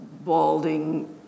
balding